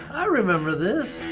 i remember this.